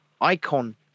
icon